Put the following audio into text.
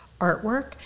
artwork